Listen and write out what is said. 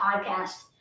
podcast